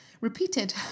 repeated